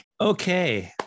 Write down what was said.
Okay